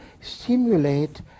stimulate